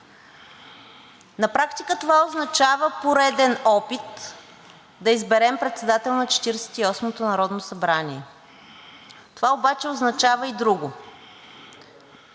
На практика това означава пореден опит да изберем председател на Четиридесет и осмото народно събрание. Това обаче означава и друго.